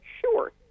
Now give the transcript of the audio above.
Sure